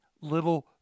little